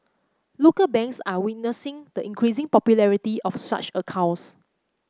local banks are witnessing the increasing popularity of such accounts